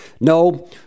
No